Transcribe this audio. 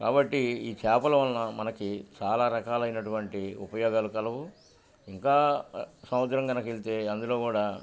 కాబట్టి ఈ చేపల వలన మనకి చాలా రకాలైనటువంటి ఉపయోగాలు కలవు ఇంకా సముదర కనకెళ్తే అందులో కూడా